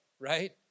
right